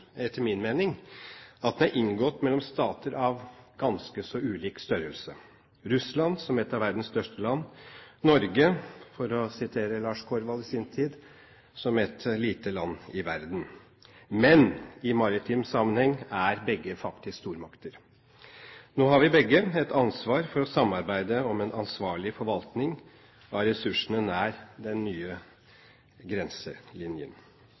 etter min mening, at den er inngått mellom stater av ganske så ulik størrelse – Russland som ett av verdens største land, og Norge, for å sitere Lars Korvald i sin tid, som et lite land i verden. Men i maritim sammenheng er begge faktisk stormakter. Nå har vi begge et ansvar for å samarbeide om en ansvarlig forvaltning av ressursene nær den nye grenselinjen.